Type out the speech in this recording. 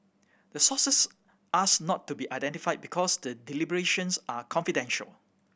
the sources ask not to be identified because the deliberations are confidential